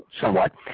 somewhat